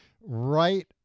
right